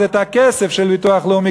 אז את הכסף של ביטוח לאומי,